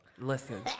Listen